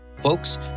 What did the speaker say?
Folks